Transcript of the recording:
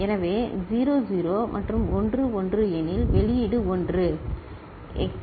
எனவே 0 0 மற்றும் 1 1 எனில் வெளியீடு 1